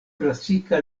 klasika